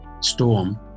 storm